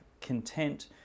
content